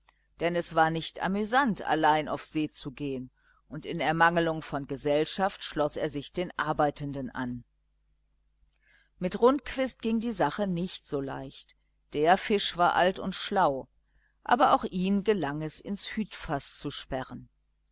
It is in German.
denn es war nicht amüsant allein auf see zu gehen und in ermanglung von gesellschaft schloß er sich den arbeitenden an mit rundquist ging die sache nicht so leicht der fisch war alt und schlau aber auch ihn gelang es ins hütfaß zu sperren